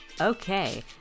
Okay